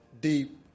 deep